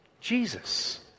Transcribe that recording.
Jesus